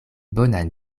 bonan